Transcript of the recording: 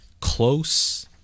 Close